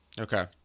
Okay